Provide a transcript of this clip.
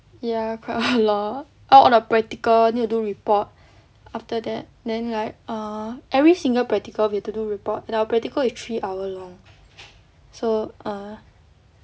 ya quite a lot all the practical need to do report after that then like err every single practical we have to do report and our practical is three hour long so err